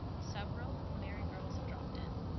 several merry girls had dropped in.